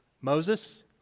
Moses